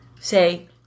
say